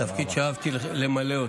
תפקיד שאהבתי למלא.